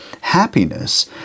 happiness